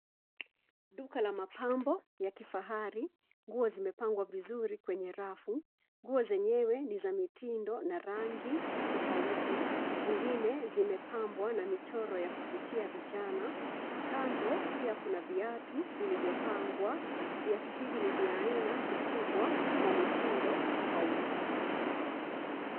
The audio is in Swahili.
Duka la mapambo ya kifahari, nguo zimepangwa vizuri kwenye rafu, nguo zenyewe ni za mitindo na rangi tofauti zingine zimepambwa na michoro ya kuvutia vijana, kando kuna pia kuna viatu vilivyopangwa, viatu hivi ni vya aina ukubwa na mitindo tofauti.